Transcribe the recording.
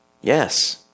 Yes